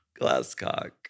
Glasscock